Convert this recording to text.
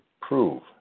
prove